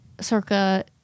circa